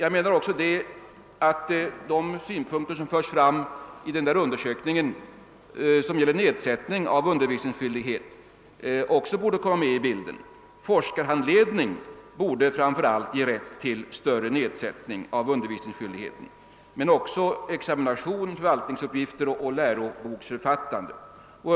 av undervisningsskyldighet, som förts fram vid denna undersökning, borde också komma in i bilden. Forskarhandledning borde framför allt ge rätt till större nedsättning av undervisningsskyldighet, men det borde även examination, förvaltningsuppgifter och läroboksförfattande göra.